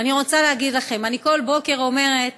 ואני רוצה להגיד לכם, אני כל בוקר אומרת